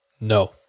No